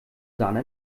sahne